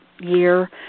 year